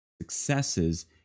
successes